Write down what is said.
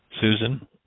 Susan